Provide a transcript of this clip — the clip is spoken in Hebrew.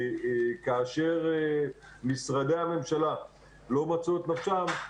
כאשר משרדי הממשלה לא מצאו את נפשם,